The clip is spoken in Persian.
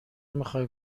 میخوای